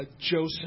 Joseph